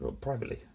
Privately